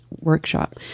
Workshop